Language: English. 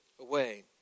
away